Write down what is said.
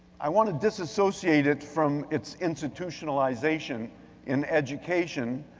i want to disassociate it from its institutionalization in education.